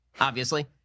obviously-